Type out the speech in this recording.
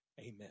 Amen